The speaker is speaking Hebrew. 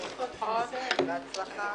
בהצלחה.